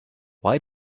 why